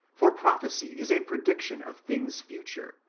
for prophecy is a prediction of things future,